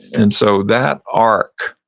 and so that arc